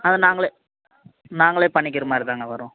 அது நாங்களே நாங்களே பண்ணிகிறமாதிரி தாங்க வரும்